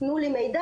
תנו לי מידע,